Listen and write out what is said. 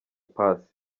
paccy